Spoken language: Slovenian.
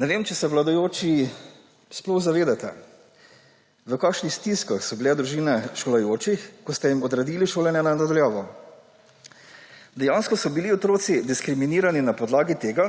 Ne vem, če se vladajoči sploh zavedate, v kakšnih stiskah so bile družine šolajočih, ko ste jim odredili šolanje na daljavo. Dejansko so bili otroci diskriminirani na podlagi tega,